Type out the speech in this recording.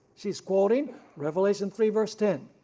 she's quoting revelation three verse ten.